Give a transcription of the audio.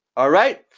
all right?